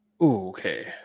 okay